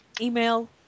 Email